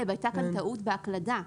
הייתה כאן טעות בהקלדה.